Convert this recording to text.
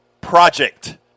project